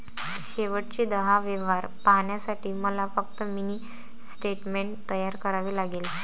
शेवटचे दहा व्यवहार पाहण्यासाठी मला फक्त मिनी स्टेटमेंट तयार करावे लागेल